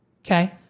Okay